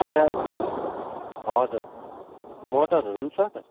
प्याज भयो हजुर मटरहरू पनि छ त